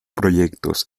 proyectos